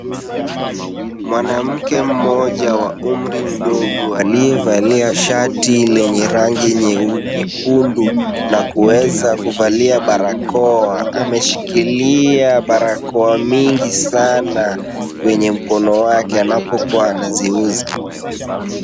Mwanamke mmoja wa umri mdogo aliyevalia shati lenye rangi nyekundu na kuweza kuvalia barakoa ameshikilia barakoa mingi sana kwenye mkono wake anapokuwa anaziuza.